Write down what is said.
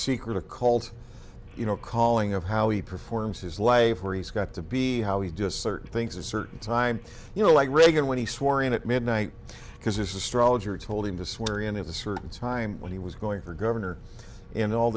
secret occult you know calling of how he performs his life where he's got to be how he does certain things a certain time you know like reagan when he swore in at midnight because this is stronger told him to swear in a certain time when he was going for governor in all